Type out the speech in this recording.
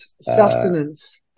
Sustenance